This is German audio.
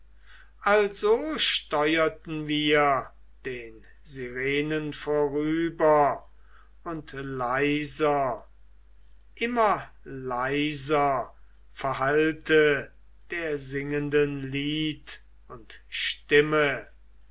also steuerten wir den sirenen vorüber und leiser immer leiser verhallte der singenden lied und stimme